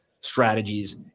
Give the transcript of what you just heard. strategies